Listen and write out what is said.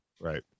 Right